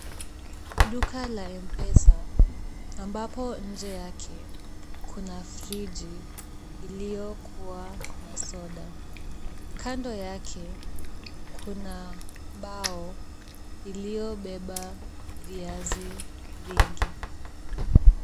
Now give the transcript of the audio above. Duka la M-Pesa ambapo nje yake kuna friji iliyokuwa na soda. Kando yake kuna mbao iliyobeba viazi vingi.